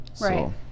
right